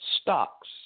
stocks